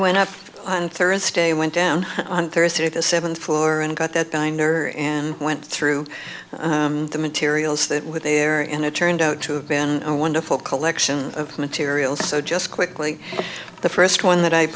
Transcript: went up on thursday went down on thursday at the seventh floor and got that binder and went through the materials that were there and it turned out to have been a wonderful collection of materials so just quickly the first one that i